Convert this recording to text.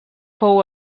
fou